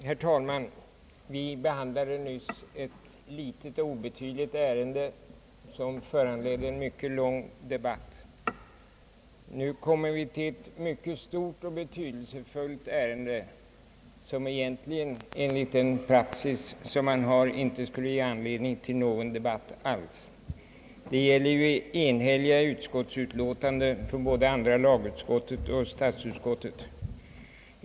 Herr talman! Vi behandlade nyss ett litet och obetydligt ärende, som föranledde en mycket lång debatt. Nu kommer vi till ett mycket stort och betydelsefullt ärende, som enligt den praxis som vi har inte skulle ge anledning till någon debatt alls. Det gäller enhälliga utskottsutlåtanden från både andra lagutskottet och statsutskottet.